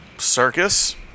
circus